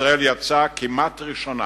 ישראל יצאה כמעט ראשונה